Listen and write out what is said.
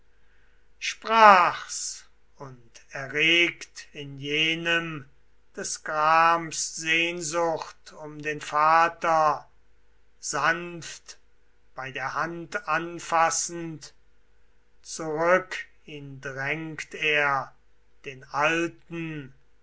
sprach's und erregt in jenem des grams sehnsucht um den vater sanft bei der hand anfassend zurück ihn drängt er den alten